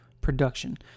production